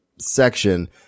section